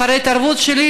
אחרי התערבות שלי,